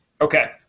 Okay